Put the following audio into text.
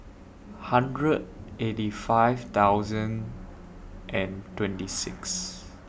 hundred eighty five thousand and twenty six